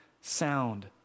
sound